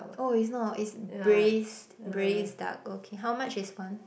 oh it's not is braised braised duck okay how much is one